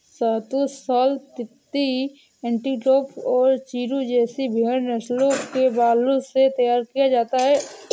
शहतूश shawl तिब्बती antelope और चिरु जैसी भेड़ नस्लों के बालों से तैयार किया जाता है